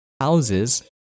houses